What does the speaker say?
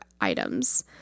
items